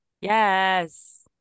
Yes